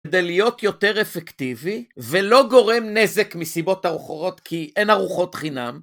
כדי להיות יותר אפקטיבי ולא גורם נזק מסיבות אחרות כי אין ארוחות חינם.